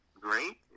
great